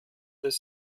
dass